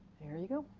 there you go.